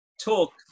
talk